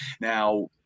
Now